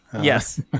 Yes